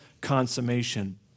consummation